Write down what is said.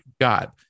God